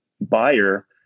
buyer